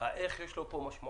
האיך יש לו פה משמעות.